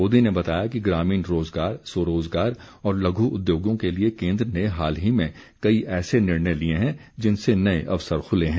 मोदी ने बताया कि ग्रामीण रोजगार स्व रोजगार और लघु उद्योगों के लिए केन्द्र ने हाल ही में कई ऐसे निर्णय लिये है जिनसे नये अवसर खुले हैं